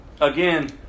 Again